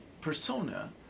persona